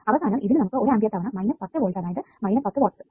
അവസാനം ഇതിനു നമുക്ക് ഒരു ആമ്പിയർ തവണ മൈനസ് 10 വോൾട്ട് അതായത് 10 വാട്ട്സ്